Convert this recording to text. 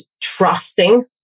trusting